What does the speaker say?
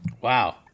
Wow